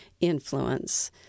influence